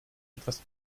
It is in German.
etwas